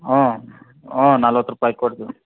ಹ್ಞೂ ಆಂ ನಲ್ವತ್ತು ರೂಪಾಯಿ ಹಾಕಿ ಕೊಡ್ತೀನಿ